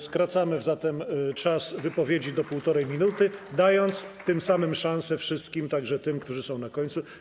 Skracamy zatem czas wypowiedzi do 1,5 minuty, dając tym samym szansę wszystkim, także tym, którzy są na końcu.